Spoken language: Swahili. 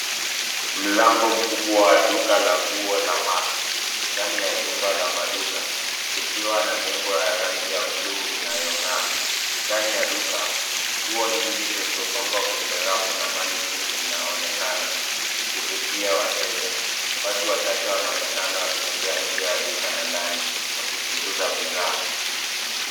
Mlango mkubwa wa duka la nguo la max , ndani ya jumba la maduka likiwa na nembo ya rangi ya blue , inayong'aa ndani ya duka. Nguo nyingi zilizopangwa kwenye rafu na manikin zinaonekana zikivutia wateja. Watu wachache wanaonekana kutembea nje ya duka na ndani wakichunguza bidhaa.